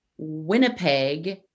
Winnipeg